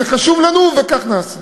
זה חשוב לנו, וכך נעשה.